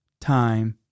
time